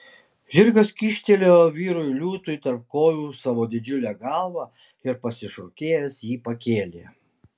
žirgas kyštelėjo vyrui liūtui tarp kojų savo didžiulę galvą ir pasišokėjęs jį pakėlė